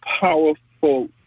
powerful